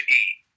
eat